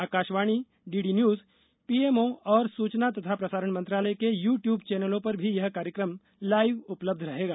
Akashvani D D news PMO और सूचना तथा प्रसारण मंत्रालय के यू ट्यूब चैनलों पर भी यह कार्यक्रम लाइव उपलब्ध रहेगा